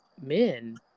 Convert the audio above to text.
men